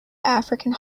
african